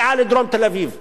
הם באו מבחוץ,